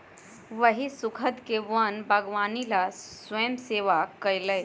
वही स्खुद के वन बागवानी ला स्वयंसेवा कई लय